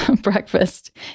breakfast